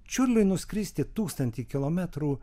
čiurliui nuskristi tūkstantį kilometrų